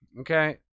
Okay